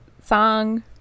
song